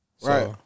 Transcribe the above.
Right